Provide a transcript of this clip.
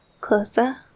Closer